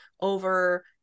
over